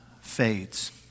fades